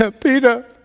Peter